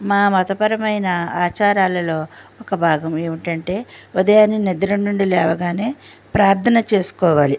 మా మతపరమైన ఆచారాలలో ఒక భాగం ఏమిటంటే ఉదయాన్నే నిద్ర నుండి లేవగానే ప్రార్థన చేసుకోవాలి